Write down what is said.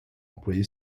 employé